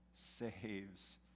saves